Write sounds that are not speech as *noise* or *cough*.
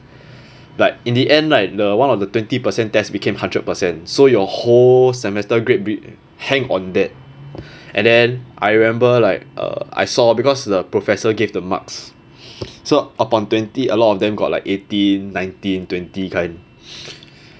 like in the end like the one of the twenty percent test became hundred percent so your whole semester grade hang on that and then I remember like uh I saw because the professor gave the marks so upon twenty a lot of them got like eighteen nineteen twenty kind *noise*